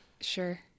Sure